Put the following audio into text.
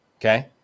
okay